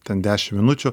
ten dešim minučių